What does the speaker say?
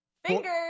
Fingers